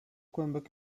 kłębek